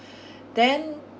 then